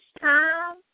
time